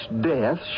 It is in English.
death